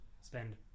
spend